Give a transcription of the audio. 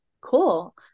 Cool